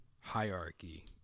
Hierarchy